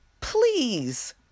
please